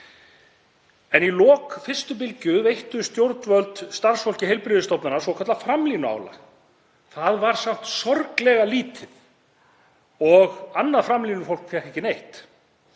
En í lok fyrstu bylgju veittu stjórnvöld starfsfólki heilbrigðisstofnana svokallað framlínuálag. Það var samt sorglega lítið og annað framlínufólk fékk ekki neitt.